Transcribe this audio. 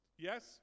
Yes